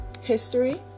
history